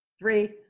Three